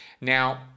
Now